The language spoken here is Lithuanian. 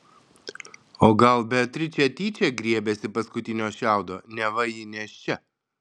o gal beatričė tyčia griebėsi paskutinio šiaudo neva ji nėščia